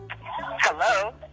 Hello